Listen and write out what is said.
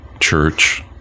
Church